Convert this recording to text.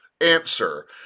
answer